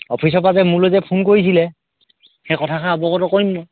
অফিচৰপৰা যে মোলৈ যে ফোন কৰিছিলে সেই কথাষাৰ অৱগত কৰিম